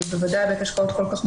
בוודאי בית השקעות כל כך משמעותי,